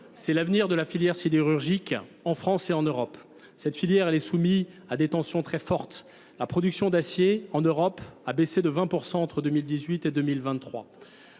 c'est l'avenir de la filière sidérurgique en France et en Europe. Cette filière, elle est soumise à des tensions très fortes. La production d'acier en Europe a baissé de 20% entre 2018 et 2023.